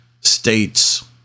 states